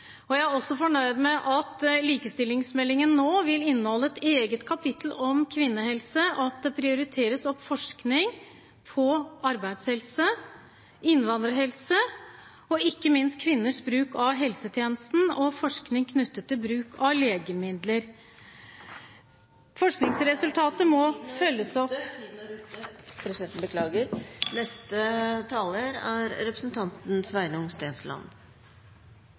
Jeg er også fornøyd med at likestillingsmeldingen nå vil inneholde et eget kapittel om kvinnehelse, og at det prioriteres forskning på arbeidshelse, innvandrerhelse, ikke minst på kvinners bruk av helsetjenesten og forskning knyttet til bruk av legemidler. Forskningsresultatet må følges opp … Taletiden er ute, beklager.